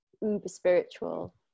uber-spiritual